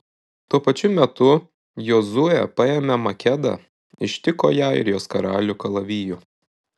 tuo pačiu metu jozuė paėmė makedą ištiko ją ir jos karalių kalaviju